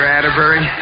Atterbury